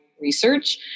research